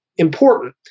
important